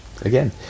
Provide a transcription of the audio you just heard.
again